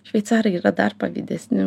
šveicarai yra dar pavydesni